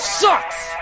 sucks